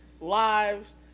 lives